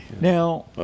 Now